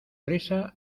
risa